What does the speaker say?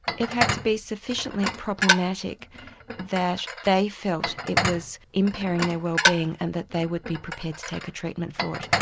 it had to be sufficiently problematic that they felt it was impairing their wellbeing and that they would be prepared to take a treatment for it.